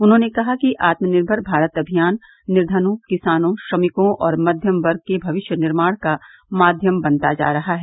उन्होंने कहा कि आत्मनिर्मर भारत अभियान निर्धनों किसानों श्रमिकों और मध्यम वर्ग के भविष्य निर्माण का माध्यम बनता जा रहा है